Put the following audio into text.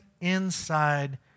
inside